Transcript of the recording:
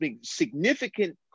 significant